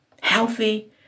healthy